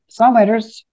songwriters